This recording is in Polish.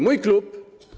Mój klub.